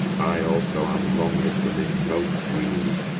i also am longer to live most weary,